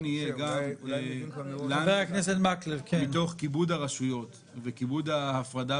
שכדאי מתוך כיבוד הרשויות וכיבוד ההפרדה